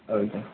औ दे